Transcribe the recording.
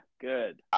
Good